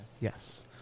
Yes